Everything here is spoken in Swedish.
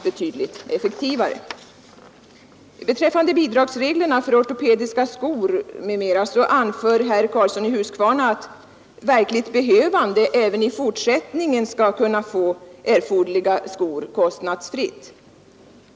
Beträffande bidragsreglerna för ortopediska skor m.m. anför herr Karlsson i Huskvarna att verkligt behövande även i fortsättningen skall kunna få erforderliga skor kostnadsfritt.